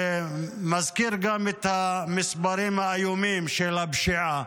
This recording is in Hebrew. זה מזכיר גם את המספרים האיומים של הפשיעה,